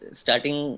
starting